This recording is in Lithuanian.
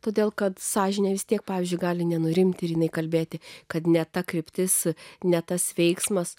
todėl kad sąžinė vis tiek pavyzdžiui gali nenurimti ir įkalbėti kad ne ta kryptis ne tas veiksmas